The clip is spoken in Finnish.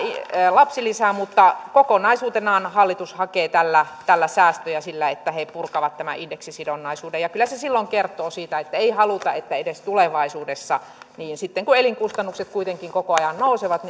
lapsilisää mutta kokonaisuutenaan hallitus hakee tällä tällä säästöjä sillä että he purkavat tämän indeksisidonnaisuuden kyllä se silloin kertoo siitä että ei haluta että edes tulevaisuudessa kun elinkustannukset kuitenkin koko ajan nousevat